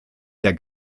der